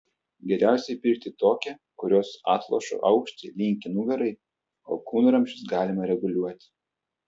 geriausiai pirkti tokią kurios atlošo aukštį linkį nugarai alkūnramsčius galima reguliuoti